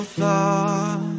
thought